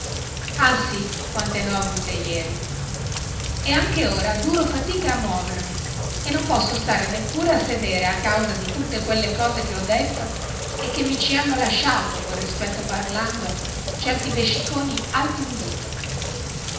ah sì quante ne ho avute ieri e anche ora duro fatica a muovermi e non posso star neppure a sedere a causa di tutte quelle cose che ho detto e che mi ci hanno lasciato con rispetto parlando certi vesciconi alti un dito